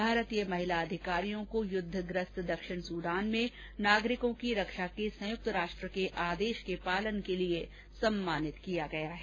भारतीय महिला अधिकारियों को युद्धग्रस्त दक्षिण सूडान में नागरिकों की रक्षा के संयुक्त राष्ट्र के आदेश के पालन के लिए सम्मानित किया गया है